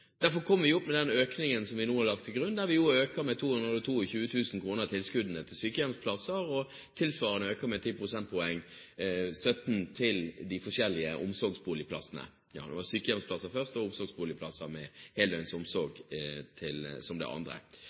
Derfor kom vi opp med den økningen som vi nå har lagt til grunn, der vi øker tilskuddene til sykehjemsplasser med 222 000 kr, og tilsvarende øker vi støtten til de forskjellige omsorgsboligene med 10 prosentpoeng. Det var sykehjemsplasser som det første, og omsorgsboliger med heldøgns omsorg som det andre.